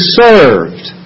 served